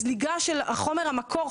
הזליגה של חומר המקור,